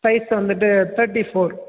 size வந்துட்டு thirty four